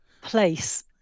place